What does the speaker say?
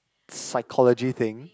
psychology thing